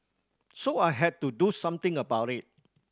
so I had to do something about it